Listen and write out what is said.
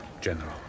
General